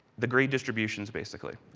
the grade distributions basically.